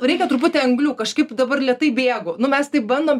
reikia truputį anglių kažkaip dabar lėtai bėgu nu mes taip bandom